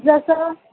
जसं